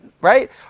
right